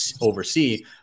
oversee